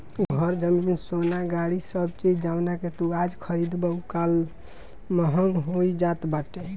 घर, जमीन, सोना, गाड़ी सब चीज जवना के तू आज खरीदबअ उ कल महंग होई जात बाटे